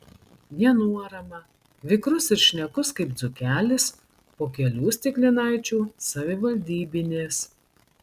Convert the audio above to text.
nenuorama vikrus ir šnekus kaip dzūkelis po kelių stiklinaičių savivaldybinės